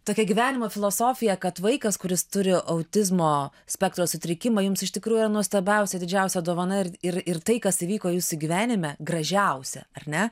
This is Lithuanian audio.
tokia gyvenimo filosofija kad vaikas kuris turi autizmo spektro sutrikimą jums iš tikrųjų nuostabiausia didžiausia dovana ir ir ir tai kas įvyko jūsų gyvenime gražiausia ar ne